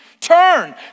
turn